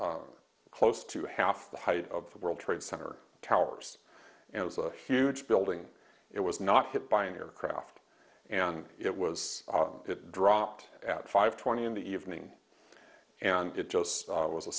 it's close to half the height of the world trade center towers and it was a huge building it was not hit by an aircraft and it was it dropped at five twenty in the evening and it just was a